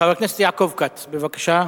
חבר הכנסת יעקב כץ, בבקשה,